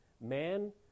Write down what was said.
Man